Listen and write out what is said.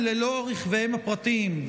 ללא רכביהם הפרטיים,